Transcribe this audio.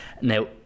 now